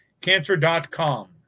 cancer.com